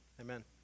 Amen